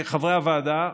חברי הוועדה,